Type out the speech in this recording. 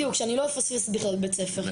בדיוק, שאני לא אפספס בכלל בית ספר.